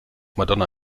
madonna